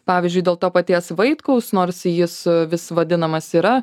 pavyzdžiui dėl to paties vaitkaus nors jis vis vadinamas yra